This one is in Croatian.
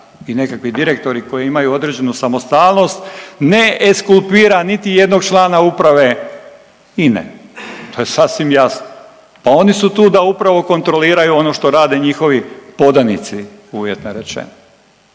i nekakvi direktori koji imaju određenu samostalnost, ne ekskulpira niti jednog člana uprave INA-e, to je sasvim jasno. Pa oni su tu da upravo kontroliraju ono što rade njihovi podanici uvjetno rečeno.